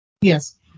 Yes